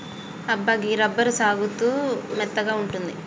అబ్బా గీ రబ్బరు సాగుతూ మెత్తగా ఉంటుంది